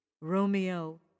Romeo